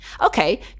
Okay